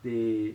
they